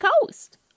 Coast